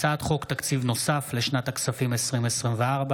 הצעת חוק תקציב נוסף לשנת הכספים 2024,